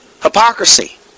Hypocrisy